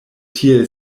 tiel